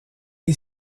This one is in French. est